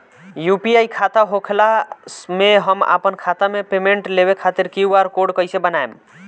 UPI खाता होखला मे हम आपन खाता मे पेमेंट लेवे खातिर क्यू.आर कोड कइसे बनाएम?